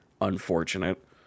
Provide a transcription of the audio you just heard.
unfortunate